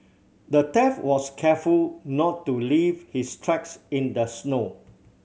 the thief was careful to not leave his tracks in the snow